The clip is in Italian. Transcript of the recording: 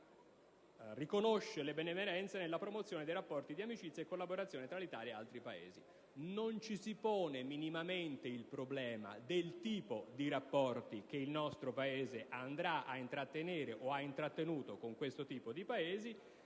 riconosce le benemerenze nella promozione dei rapporti di amicizia e collaborazione tra l'Italia e altri Paesi. Non ci si pone minimamente il problema del tipo di rapporti che il nostro Paese andrà a intrattenere o ha intrattenuto con questo tipo di Paesi,